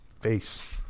face